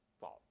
fault